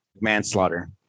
manslaughter